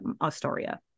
Astoria